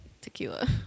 tequila